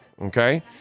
Okay